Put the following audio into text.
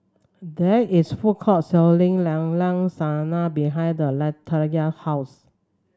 there is a food court selling Llao Llao Sanum behind the Latanya house